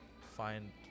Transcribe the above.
find